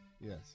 Yes